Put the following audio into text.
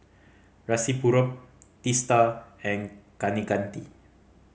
Rasipuram Teesta and Kaneganti